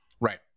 Right